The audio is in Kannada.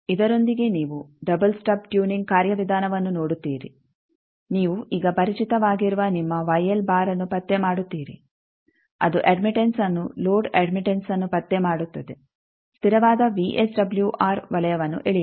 ಇದರೊಂದಿಗೆ ನೀವು ಡಬಲ್ ಸ್ಟಬ್ ಟೂನಿಂಗ್ ಕಾರ್ಯವಿಧಾನವನ್ನು ನೋಡುತ್ತೀರಿ ನೀವು ಈಗ ಪರಿಚಿತವಾಗಿರುವ ನಿಮ್ಮ ಅನ್ನು ಪತ್ತೆ ಮಾಡುತ್ತೀರಿ ಅದು ಅಡ್ಮಿಟೆಂಸ್ಅನ್ನು ಲೋಡ್ ಅಡ್ಮಿಟೆಂಸ್ಅನ್ನು ಪತ್ತೆ ಮಾಡುತ್ತದೆ ಸ್ಥಿರವಾದ ವಿಎಸ್ಡಬ್ಲ್ಯೂಆರ್ ವಲಯವನ್ನು ಎಳೆಯಿರಿ